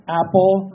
apple